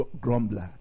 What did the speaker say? grumbler